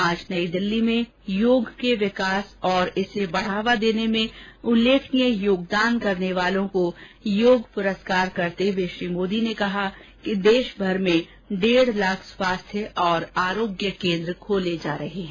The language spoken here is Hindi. आज नई दिल्ली में योग के विकास और इसे बढ़ावा देने में उल्लेखनीय योगदान करने वालों को योग पुरस्कार प्रदान करते हुए श्री मोदी ने कहा कि देश भर में डेढ़ लाख स्वास्थ्य और आरोग्य केन्द्र खोले जा रहे हैं